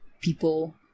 people